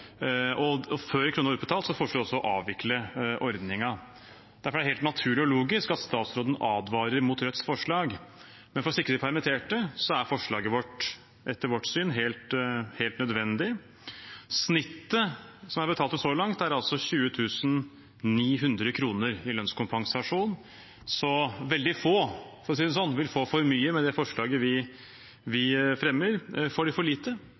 og før en krone var utbetalt, foreslo de også å avvikle ordningen. Derfor er det helt naturlig og logisk at statsråden advarer mot Rødts forslag, men for å sikre de permitterte, er forslaget etter vårt syn helt nødvendig. Snittet som er betalt ut så langt, er altså 20 900 kr i lønnskompensasjon. Veldig få vil få for mye med det forslaget vi fremmer. Får de for lite,